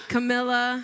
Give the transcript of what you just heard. Camilla